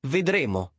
Vedremo